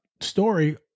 story